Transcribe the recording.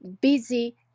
busy